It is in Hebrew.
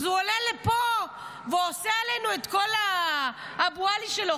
אז הוא עולה לפה והוא עושה עלינו את כל האבו עלי שלו.